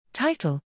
Title